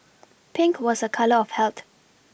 Pink was a colour of health